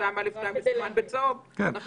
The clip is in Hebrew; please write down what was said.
לסעיף 2(א)(4), אז מלבד הרף של 200 חולים, שגם